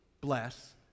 bless